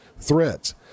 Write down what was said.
threats